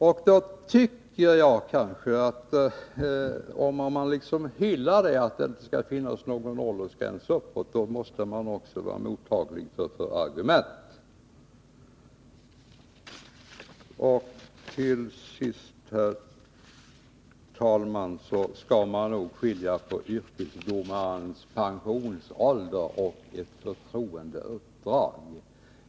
Om man hyllar den principen att det inte skall finnas någon åldersgräns uppåt, måste man vara mottaglig för sådana argument också i detta sammanhang. Till sist, herr talman, skall man nog skilja på yrkesdomares pensionsålder och en övre åldersgräns när det gäller ett förtroendeuppdrag.